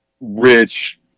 rich